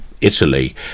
Italy